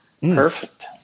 Perfect